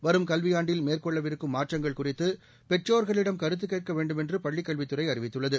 வரும் கல்வியாண்டில் மேற்கொள்ளவிருக்கும் மாற்றங்கள் குறித்து பெற்றோர்களிடம் கருத்து கேட்க வேண்டுமென்று பள்ளிக்கல்வித்துறை அறிவித்துள்ளது